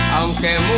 Aunque